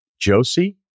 Josie